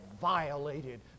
violated